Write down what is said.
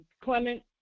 Clement